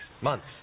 months